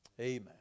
amen